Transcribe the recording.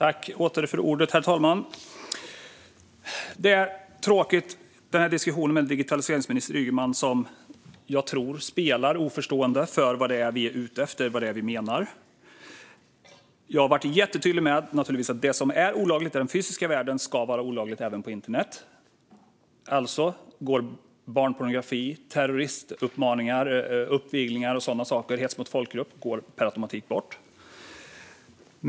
Herr talman! Det blir en tråkig diskussion med digitaliseringsminister Ygeman, som jag tror spelar oförstående för vad det är som vi är ute efter. Jag har varit jättetydlig med att det som är olagligt i den fysiska världen ska vara olagligt även på internet. Sådant som barnpornografi, terroristuppmaningar, uppvigling och hets mot folkgrupp går alltså per automatik bort.